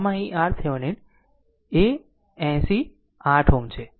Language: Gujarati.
આમ અહીં RThevenin એ 80 8 Ω છે